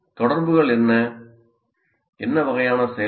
தொடர்புகள் என்ன என்ன வகையான செயல்பாடு